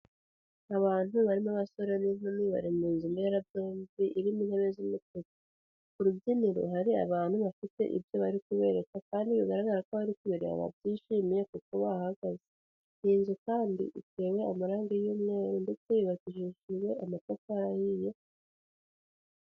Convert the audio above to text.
Abantu barimo abasore n'inkumi bari mu nzu mberabyombi, irimo intebe z'umutuku. Ku rubyiniro hari abantu bafite ibyo bari kubereka, kandi bigaragara ko bari kubireba bishimiye kuko bahagaze. Iyi nzu kandi itewe amarangi y'umweru ndetse yubakishijwe amatafari ahiye.